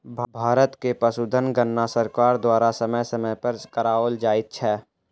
भारत मे पशुधन गणना सरकार द्वारा समय समय पर कराओल जाइत छै